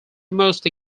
mostly